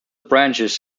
branches